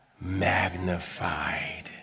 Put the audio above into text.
magnified